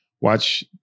Watch